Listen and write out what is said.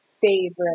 favorite